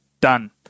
Done